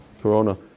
Corona